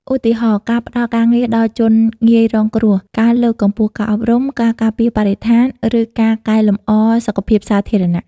ឧទាហរណ៍ ការផ្តល់ការងារដល់ជនងាយរងគ្រោះ ការលើកកម្ពស់ការអប់រំ ការការពារបរិស្ថាន ឬការកែលម្អសុខភាពសាធារណៈ ។